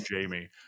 Jamie